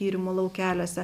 tyrimų laukeliuose